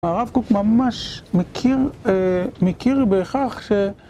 הרב קוק ממש מכיר, מכיר בהכרח ש...